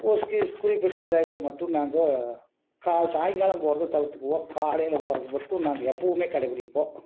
ஒரு சி குறிப்பிட்ட டைமில் மட்டும் நாங்கள் கா சாயங்காலம் போகிறத தவிர்த்துக்குவோம் காலையில் போகிறத மட்டும் நாங்கள் எப்பவுமே கடைபிடிப்போம்